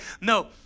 No